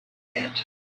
yet